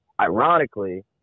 Ironically